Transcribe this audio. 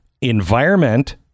environment